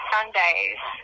Sundays